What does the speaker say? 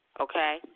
Okay